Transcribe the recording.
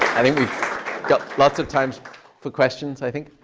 i think we've got lots of times for questions, i think.